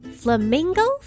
flamingo